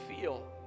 feel